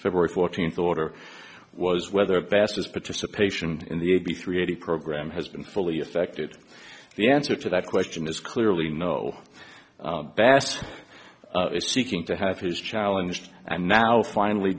february fourteenth order was whether passed as participation in the a b three eighty program has been fully affected the answer to that question is clearly no bass is seeking to have his challenge and now finally